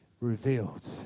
revealed